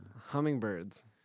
Hummingbirds